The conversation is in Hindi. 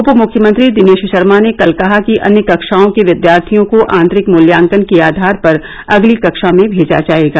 उपमुख्यमंत्री दिनेश शर्मा ने कल कहा कि अन्य कक्षाओं के विद्यार्थियों को आंतरिक मूल्यांकन के आधार पर अगली कक्षा में भेजा जाएगा